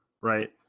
right